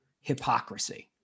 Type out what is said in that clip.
hypocrisy